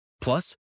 Plus